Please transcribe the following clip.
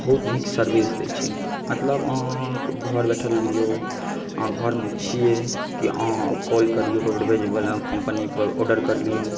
बहुत नीक सर्विस दै छै मतलब अहाँ घर बैसल लियौ अहाँ घर मे छियै कि अहाँ कॉल करियौ रोडवेज वला कम्पनी पर आर्डर करऽ लियौ